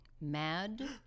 Mad